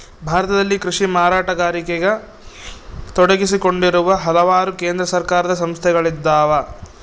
ಭಾರತದಲ್ಲಿ ಕೃಷಿ ಮಾರಾಟಗಾರಿಕೆಗ ತೊಡಗಿಸಿಕೊಂಡಿರುವ ಹಲವಾರು ಕೇಂದ್ರ ಸರ್ಕಾರದ ಸಂಸ್ಥೆಗಳಿದ್ದಾವ